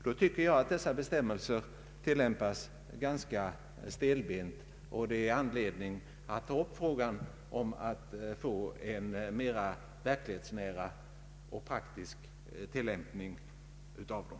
Nog tycker jag att de bestämmelser det här gäller tillämpas ganska stelbent, och det finns anledning att ta upp frågan om att få en mera verklighetsnära och praktisk tillämpning av dem.